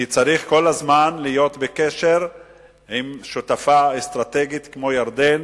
כי צריך כל הזמן להיות בקשר עם שותפה אסטרטגית כמו ירדן.